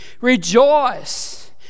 Rejoice